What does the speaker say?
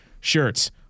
shirts